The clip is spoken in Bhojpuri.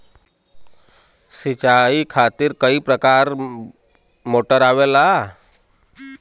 सिचाई खातीर क प्रकार मोटर आवेला?